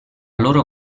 loro